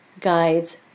guides